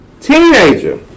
teenager